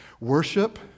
Worship